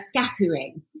scattering